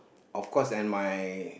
of course and my